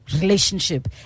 relationship